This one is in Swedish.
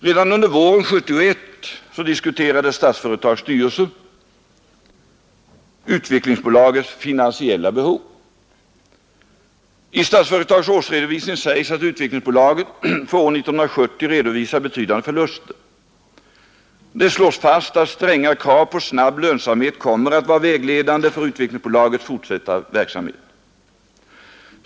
Redan under våren 1971 diskuterade Statsföretags styrelse Utvecklingsbolagets finansiella behov. I Statsföretags årsredovisning sägs att Utvecklingsbolaget för år 1970 redovisar betydande förluster. Det slås fast att stränga krav på snabb lönsamhet kommer att vara vägledande för Utvecklingsbolagets fortsatta verksamhet.